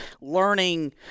learning